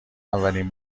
اولین